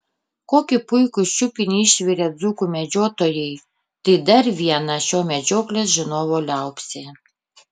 kokį puikų šiupinį išvirė dzūkų medžiotojai tai dar viena šio medžioklės žinovo liaupsė